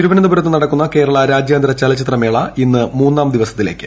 തിരുവനന്തപുരത്ത് നടക്കുന്ന കേരള രാജ്യാന്തര ചലച്ചിത്രമേള ഇന്ന് മൂന്നാം ദിവസത്തിലേക്ക്